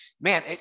man